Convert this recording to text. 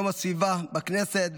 יום הסביבה בכנסת,